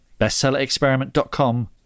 bestsellerexperiment.com